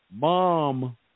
Mom